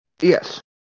Yes